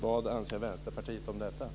Vad anser Vänsterpartiet om detta?